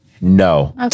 No